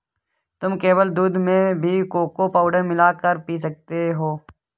तुम केवल दूध में भी कोको पाउडर मिला कर पी सकते हो